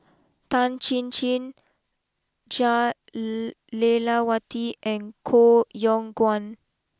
Tan Chin Chin Jah Lelawati and Koh Yong Guan